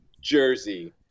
jersey